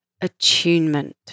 attunement